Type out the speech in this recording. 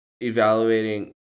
evaluating